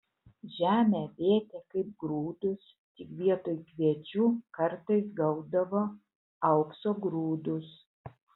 žemę vėtė kaip grūdus tik vietoj kviečių kartais gaudavo aukso grūdus